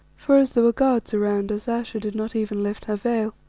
for as there were guards around us ayesha did not even lift her veil.